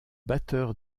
batteur